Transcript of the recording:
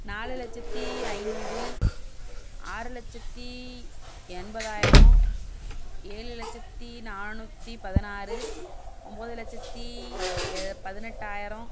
நாலு லட்சத்து ஐநூறு ஆறு லட்சத்து எண்பதாயிரம் ஏழு லட்சத்து நானூற்றி பதினாறு ஒம்பது லட்சத்து பதினெட்டாயிரம்